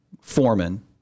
foreman